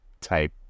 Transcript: type